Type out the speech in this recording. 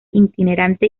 itinerante